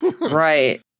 Right